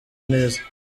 neza